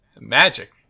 Magic